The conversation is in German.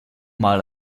mal